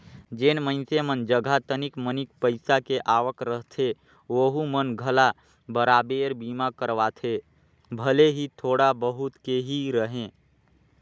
जेन मइनसे मन जघा तनिक मनिक पईसा के आवक रहथे ओहू मन घला बराबेर बीमा करवाथे भले ही थोड़ा बहुत के ही रहें